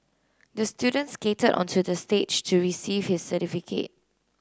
the student skated onto the stage to receive his certificate